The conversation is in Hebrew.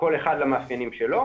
לכל אחד והמאפיינים שלו,